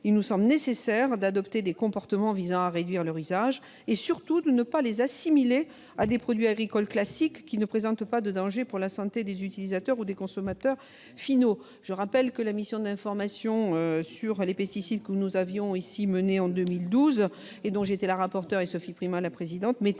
il nous semble nécessaire d'adopter des comportements visant à réduire leur usage et, surtout, de ne pas les assimiler à des produits agricoles classiques qui ne présentent pas de danger pour la santé des utilisateurs ou des consommateurs finaux. Je rappelle que la mission d'information sur les pesticides que nous avions menée ici même en 2012, dont j'étais la rapporteur et Sophie Primas la présidente, a